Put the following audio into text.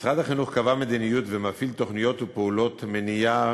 משרד החינוך קבע מדיניות ומפעיל תוכניות ופעולות מניעה